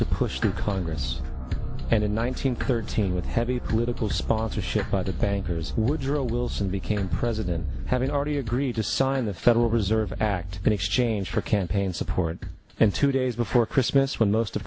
to push through congress and in one nine hundred thirteen with heavy political sponsorship of bankers woodrow wilson became president having already agreed to sign the federal reserve act in exchange for campaign support and two days before christmas when most of